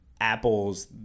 apples